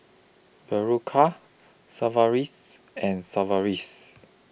Berocca Sigvaris and Sigvaris